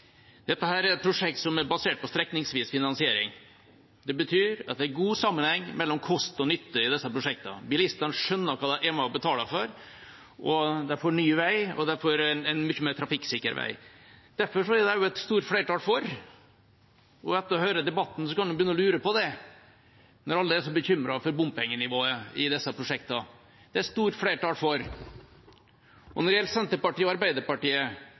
Dette er et prosjekt som er basert på strekningsvis finansiering. Det betyr at det er god sammenheng mellom kost og nytte i dette prosjektet. Bilistene skjønner hva de er med på å betale for, de får ny vei, og de får en mye mer trafikksikker vei. Derfor er det også et stort flertall for dette – men etter å ha hørt på debatten, kan en begynne å lure på det, når alle er så bekymret for bompengenivået i disse prosjektene det er stort flertall for. Når det gjelder Senterpartiet og Arbeiderpartiet,